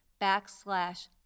backslash